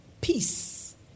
peace